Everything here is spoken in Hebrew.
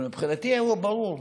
ומבחינתי הוא ברור,